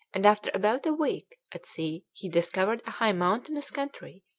and after about a week at sea he discovered a high mountainous country,